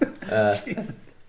Jesus